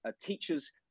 teacher's